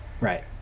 right